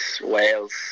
Wales